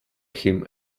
him